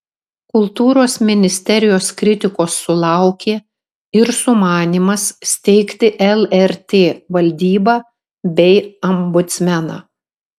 kultūros ministerijos kritikos sulaukė ir sumanymas steigti lrt valdybą bei ombudsmeną